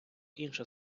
інше